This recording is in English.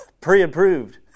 pre-approved